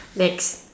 next